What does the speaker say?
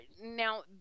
Now